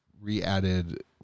re-added